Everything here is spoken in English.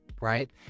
right